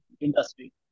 industry